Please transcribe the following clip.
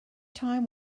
time